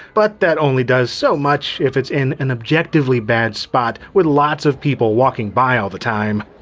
but that only does so much if it's in an objectively bad spot with lots of people walking by all the time.